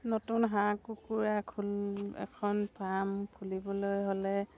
নতুন হাঁহ কুকুৰা এখন ফাৰ্ম খুলিবলৈ হ'লে